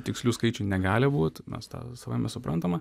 tikslių skaičių negali būt mes tą savaime suprantama